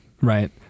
Right